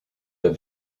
der